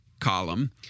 column